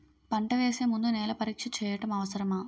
పంట వేసే ముందు నేల పరీక్ష చేయటం అవసరమా?